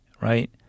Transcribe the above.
Right